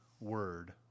word